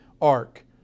ark